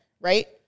right